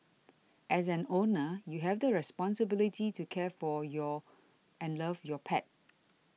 as an owner you have the responsibility to care for your and love your pet